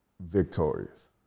victorious